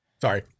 Sorry